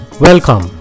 Welcome